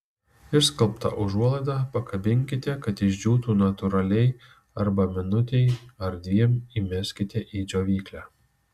išskalbtą užuolaidą pakabinkite kad išdžiūtų natūraliai arba minutei ar dviem įmeskite į džiovyklę